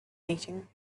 meeting